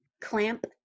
clamp